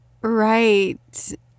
Right